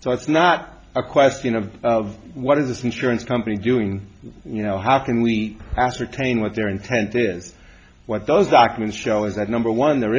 so it's not a question of what is this insurance company doing you know how can we ascertain what their intent is what those documents show is that number one there